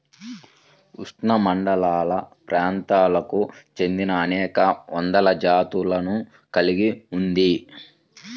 ఉష్ణమండలప్రాంతాలకు చెందినఅనేక వందల జాతులను కలిగి ఉంది